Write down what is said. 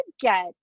get